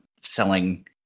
selling